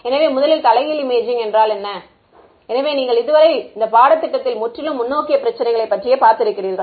எனவே முதலில் தலைகீழ் இமேஜிங் என்றால் என்ன எனவே நீங்கள் இதுவரை இந்த பாடத்திட்டத்தில் முற்றிலும் முன்னோக்கிய பிரச்சினைகளை பற்றியே பார்த்திருக்கிறீர்கள்